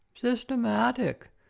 systematic